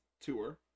tour